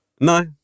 No